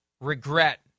regret